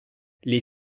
les